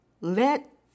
Let